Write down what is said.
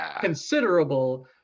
considerable